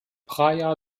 praia